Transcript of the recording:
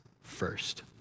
first